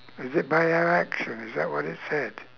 is it by our action is that what it said